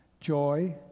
joy